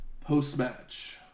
post-match